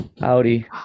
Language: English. Howdy